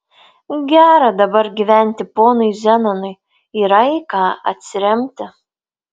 gera dabar gyventi ponui zenonui yra į ką atsiremti